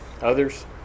Others